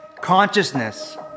Consciousness